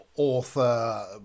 author